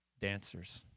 dancers